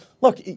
look